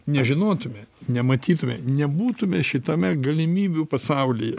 nežinotume nematytume nebūtume šitame galimybių pasaulyje